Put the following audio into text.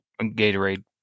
Gatorade